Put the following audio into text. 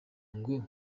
ngo